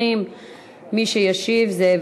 תודה